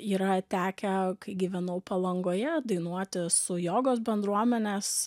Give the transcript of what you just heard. yra tekę kai gyvenau palangoje dainuoti su jogos bendruomenės